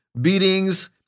beatings